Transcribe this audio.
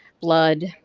blood?